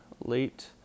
late